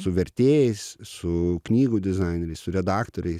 su vertėjais su knygų dizaineriais su redaktoriais